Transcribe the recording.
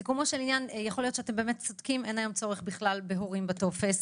בסיכומו של עניין יכול להיות שאתם צודקים ולא צריך בכלל הורים בטופס.